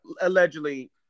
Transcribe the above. allegedly